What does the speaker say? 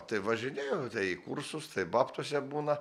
tai važinėjau tai į kursus tai babtuose būna